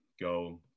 go